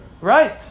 Right